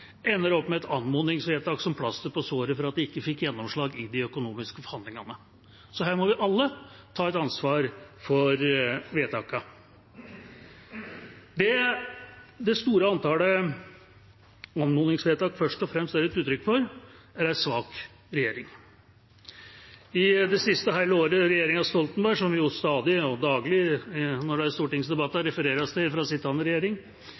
ender det opp med et anmodningsvedtak som plaster på såret for at de ikke fikk gjennomslag i de økonomiske forhandlingene. Her må vi alle ta et ansvar for vedtakene. Det det store antallet anmodningsvedtak først og fremst er et uttrykk for, er en svak regjering. I det siste hele året til regjeringa Stoltenberg, som det stadig og daglig refereres til fra sittende regjering når det er